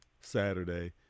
Saturday